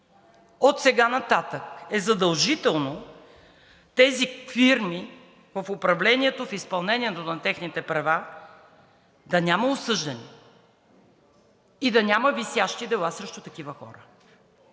Отсега нататък е задължително тези фирми в управлението, в изпълнението на техните права да няма осъждани и да няма висящи дела срещу такива хора.